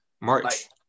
march